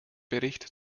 bericht